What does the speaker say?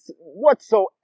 whatsoever